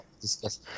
discuss